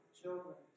children